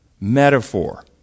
metaphor